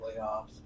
playoffs